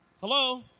Hello